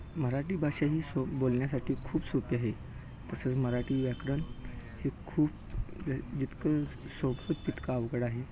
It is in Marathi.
मराठी भाषा ही सोपं बोलण्यासाठी खूप सोपी आहे तसंच मराठी व्याकरण हे खूप ज जितकं स सोपं तितकं अवघड आहे